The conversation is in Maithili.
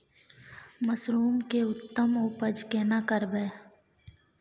मसरूम के उत्तम उपज केना करबै?